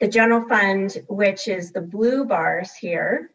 the general fund which is the blue bars here